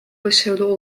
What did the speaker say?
başarılı